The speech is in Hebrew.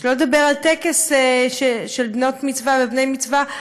שלא לדבר על טקס של בנות-מצווה ובני-מצווה,